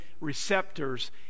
receptors